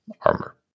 armor